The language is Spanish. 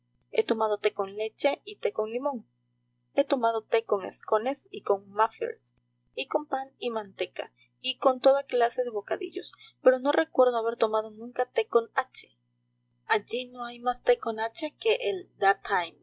he tomado te con leche y te con limón he tomado te con scones y con mufirs y con pan y manteca y con toda clase de bocadillos pero no recuerdo haber tomado nunca te con hache allí no hay más te con hache que el